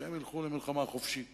שהם ילכו למלחמה חופשית